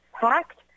packed